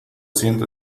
siento